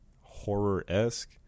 horror-esque